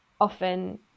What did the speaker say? often